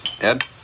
Ed